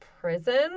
prison